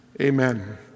amen